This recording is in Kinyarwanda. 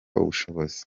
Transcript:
ubushobozi